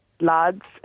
lads